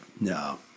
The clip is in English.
No